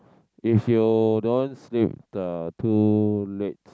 if you don't sleep the too late